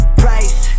price